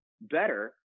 better